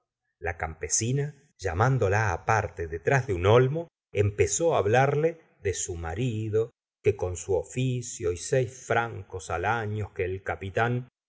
la campesina llamándola aparte detrás de un olmo empezó hablarle de su marido que con su oficio y seis francos al ano que el capitán